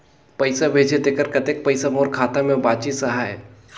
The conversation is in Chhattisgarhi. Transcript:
पइसा भेजे तेकर कतेक पइसा मोर खाता मे बाचिस आहाय?